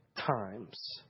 times